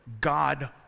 God